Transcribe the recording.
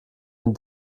den